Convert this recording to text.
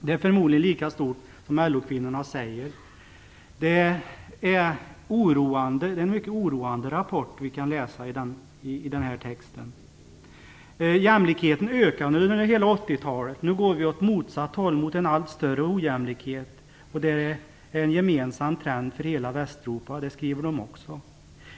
Det är förmodligen lika stort som LO-kvinnorna säger. Rapporten är mycket oroande. LO-kvinnorna skriver också: "Jämlikheten ökade under hela 80-talet. Nu går vi åt motsatt håll, mot en allt större ojämlikhet, och det är en gemensam trend för hela Västeuropa".